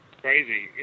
Crazy